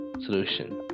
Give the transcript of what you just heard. solution